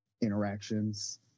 interactions